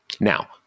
Now